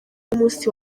y’umunsi